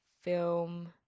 film